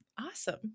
Awesome